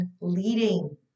leading